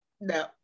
no